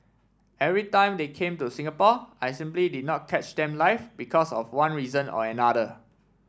every time they came to Singapore I simply did not catch them live because of one reason or another